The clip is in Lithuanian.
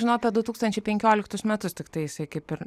žinau apie du tūkstančiai penkioliktus metus jisai kaip ir